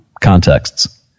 contexts